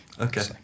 Okay